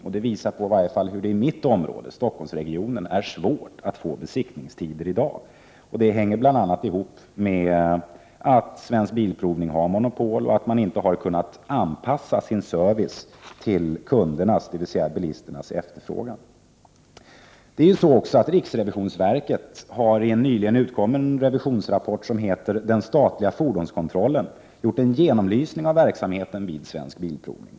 Detta visar att det i varje fall i mitt område, Stockholmsregionen, är svårt att få tid för besiktning, vilket bl.a. hänger samman med att Svensk Bilprovning har monopol och att man inte har kunnat anpassa sin service till kundernas, bilisternas, efterfrågan. Riksrevisionsverket har i en nyligen utkommen revisionsrapport med titeln Den statliga fordonskontrollen gjort en genomlysning av verksamheten vid Svensk Bilprovning.